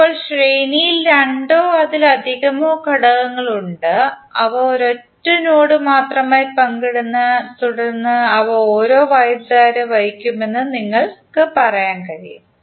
ഇപ്പോൾ ശ്രേണിയിൽ രണ്ടോ അതിലധികമോ ഘടകങ്ങൾ ഉണ്ട് അവ ഒരൊറ്റ നോഡ് മാത്രമായി പങ്കിടുന്നു തുടർന്ന് അവ ഒരേ വൈദ്യുതധാര വഹിക്കുമെന്ന് നിങ്ങൾക്ക് പറയാൻ കഴിയും